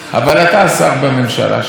אבל אתה שר בממשלה שלו,